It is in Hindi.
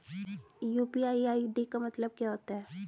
यू.पी.आई आई.डी का मतलब क्या होता है?